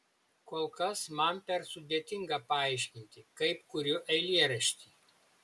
kol kas man per sudėtinga paaiškinti kaip kuriu eilėraštį